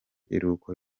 iruhuko